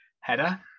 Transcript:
header